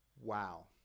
Wow